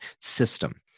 system